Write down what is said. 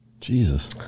jesus